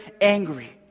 angry